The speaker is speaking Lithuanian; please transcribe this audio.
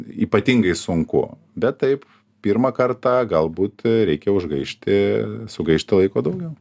ypatingai sunku bet taip pirmą kartą galbūt reikia užgaišti sugaišti laiko daugiau